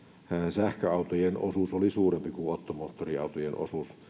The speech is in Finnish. sähköautojen osuus oli suurempi kuin ottomoottoriautojen osuus